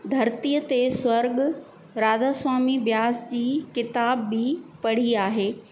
धरतीअ ते सुर्ॻु राधा स्वामी ब्यास जी किताबु बि पढ़ी आहे